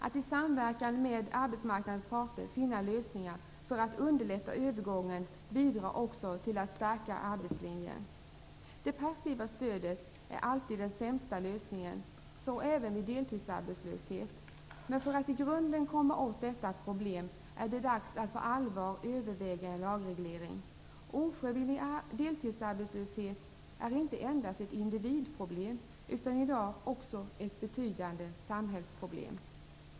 Att i samverkan med arbetsmarknadens parter finna lösningar för att underlätta övergången bidrar också till att stärka arbetslinjen. Det passiva stödet är alltid den sämsta lösningen, så även vid deltidsarbetslöshet. Men för att i grunden komma åt detta problem är det dags att på allvar överväga en lagreglering. Ofrivillig deltidsarbetslöshet är inte endast ett individproblem utan i dag också ett betydande samhällsproblem.